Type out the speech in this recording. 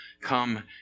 Come